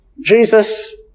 Jesus